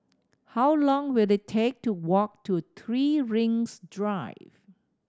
how long will it take to walk to Three Rings Drive